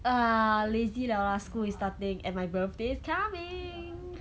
ah lazy liao lah school is starting and my birthday is coming